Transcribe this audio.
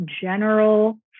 general